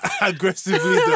Aggressively